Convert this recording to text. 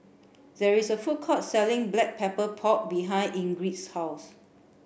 there is a food court selling black pepper pork behind Ingrid's house